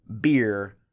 beer